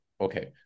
okay